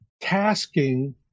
tasking